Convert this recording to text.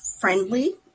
Friendly